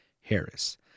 Harris